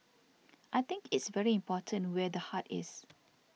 I think it's very important where the heart is